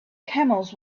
camels